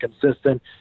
consistent